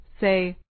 Say